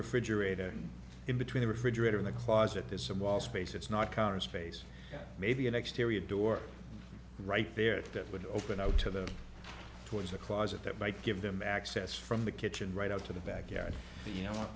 refrigerator in between a refrigerator in the closet there's some wall space it's not counter space maybe an exterior door right there that would open up to the towards the closet that might give them access from the kitchen right up to the backyard the you know